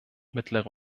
mittlere